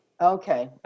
Okay